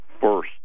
first